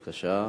בבקשה.